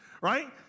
Right